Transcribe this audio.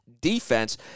defense